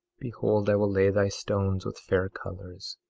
behold, i will lay thy stones with fair colors,